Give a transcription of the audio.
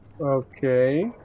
Okay